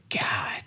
God